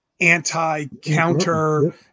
anti-counter